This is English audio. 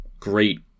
great